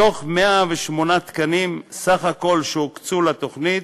מתוך 108 תקנים סך הכול שהוקצו לתוכנית,